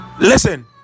Listen